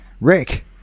rick